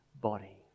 body